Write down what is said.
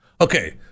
Okay